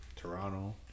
Toronto